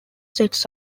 sets